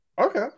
Okay